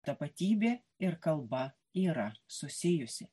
tapatybė ir kalba yra susijusi